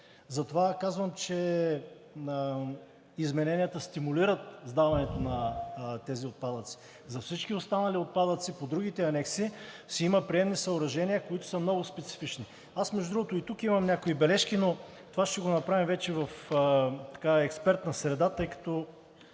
затова казвам, че измененията стимулират сдаването на тези отпадъци. За всички останали отпадъци по другите анекси си има приемни съоръжения, които са много специфични. Аз, между другото, и тук имам някои бележки, но това ще го направим вече в експертна среда, тъй като